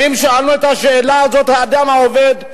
האם שאלנו את השאלה הזאת: האדם העובד,